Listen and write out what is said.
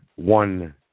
one